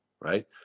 right